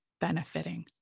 benefiting